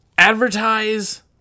advertise